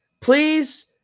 Please